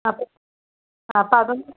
അപ്പോൾ അപ്പമതും